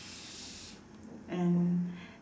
and